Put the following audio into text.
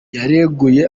yireguye